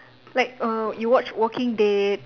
like err you watch Walking Dead